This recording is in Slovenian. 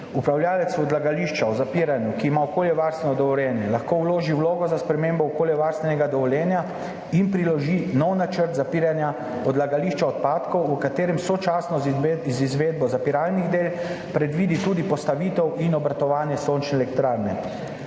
Upravljavec odlagališča v zapiranju, ki ima okoljevarstveno dovoljenje, lahko vloži vlogo za spremembo okoljevarstvenega dovoljenja in priloži nov načrt zapiranja odlagališča odpadkov, v katerem sočasno z izvedbo zapiralnih del predvidi tudi postavitev in obratovanje sončne elektrarne.